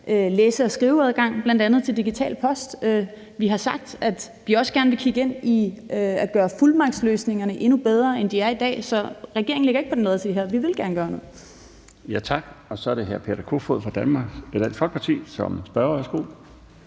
læse- og skriveadgang til digital post. Vi har sagt, at vi også gerne vil kigge ind i at gøre fuldmagtløsningerne endnu bedre, end de er i dag. Så regeringen ligger ikke på den lade side her; vi vil gerne gøre noget. Kl. 16:51 Den fg. formand (Bjarne Laustsen): Tak. Så er den næste spørger hr.